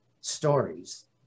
stories